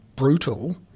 brutal